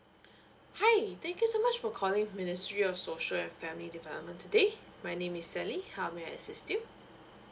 hi thank you so much for calling ministry of social and family development today my name is sally how may I assist you